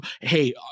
hey